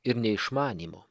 ir neišmanymo